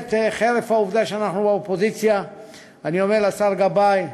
חרף העובדה שאנחנו באופוזיציה אני אומר לשר גבאי,